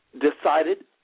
decided